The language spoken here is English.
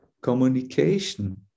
communication